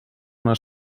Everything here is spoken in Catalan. una